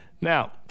Now